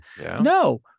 No